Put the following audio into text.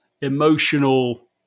emotional